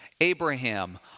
Abraham